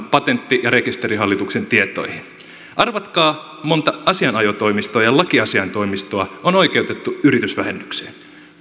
kaupparekisterin tietoihin arvatkaa montako asianajotoimistoa ja lakiasiaintoimistoa on oikeutettu yrittäjävähennykseen